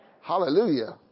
Hallelujah